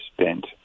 spent